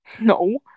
No